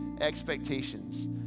expectations